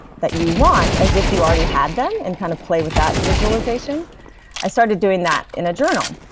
that you want as if you already had them, and kind of play with that visualization i started doing that in a journal,